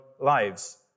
lives